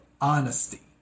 honesty